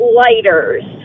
lighters